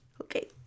Okay